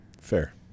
Fair